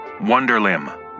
Wonderlim